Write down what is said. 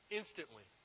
instantly